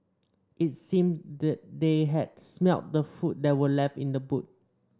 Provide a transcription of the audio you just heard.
it seemed that they had smelt the food that were left in the boot